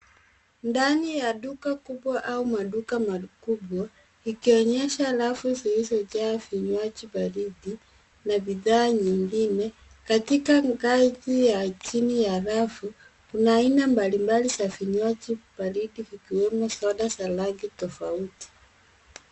Ndani ya duka kubwa au maduka makubwa ikionyesha rafu zilizojaa vinywaji baridi na bidhaa nyingine. Katika ngazi ya chini ya rafu kuna aina mbalimbali za vinywaji baridi vikiwemo soda za rangi tofauti.